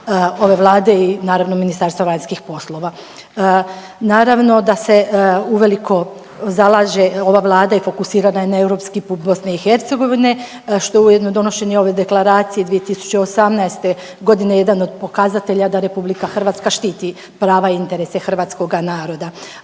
ove vlade i naravno Ministarstva vanjskih poslova. Naravno da se uveliko zalaže ova vlada i fokusira na europski put BiH što je ujedno i donošenje ove deklaracije 2018. godine jedan od pokazatelja da RH štiti prava i interese hrvatskoga naroda.